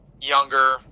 younger